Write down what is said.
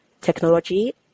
technology